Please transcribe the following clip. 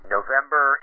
November